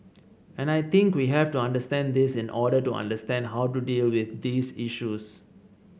and I think we have to understand this in order to understand how to deal with these issues